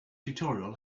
tutorial